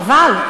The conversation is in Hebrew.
חבל.